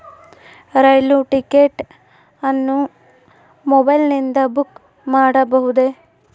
ರೈಲು ticket ಅನ್ನು ಮೊಬೈಲಿಂದ book ಮಾಡಬಹುದೆ?